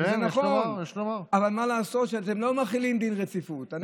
אבל מה לעשות שאתם לא מחילים דין רציפות.